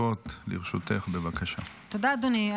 אדוני,